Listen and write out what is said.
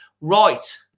Right